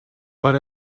but